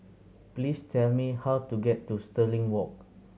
please tell me how to get to Stirling Walk